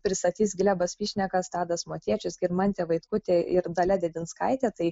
pristatys glebas pišnekas tadas motiečius skirmantė vaitkutė ir dalia dėdinskaitė tai